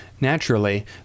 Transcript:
Naturally